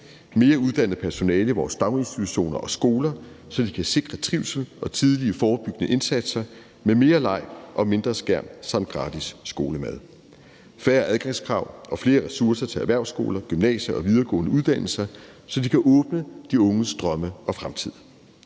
Mere uddannet personale i vores daginstitutioner og skoler, så de kan sikre trivsel og tidlige forebyggende indsatser med mere leg og mindre skærm samt gratis skolemad. Færre adgangskrav og flere ressourcer til erhvervsskoler, gymnasier og videregående uddannelser, så de kan åbne unges drømme og fremtid.